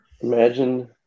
Imagine